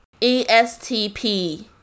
ESTP